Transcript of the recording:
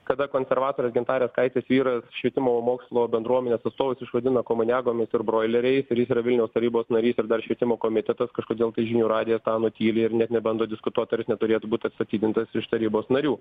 kada konservatorės gintarės skaistės vyras švietimo mokslo bendruomenės atstovus išvadino komuniagomis ir broileriais ir jis yra vilniaus tarybos narys ir dar švietimo komitetas kažkodėl žinių radijas tą nutyli ir net nebando diskutuot ar jis neturėtų būt atstatydintas iš tarybos narių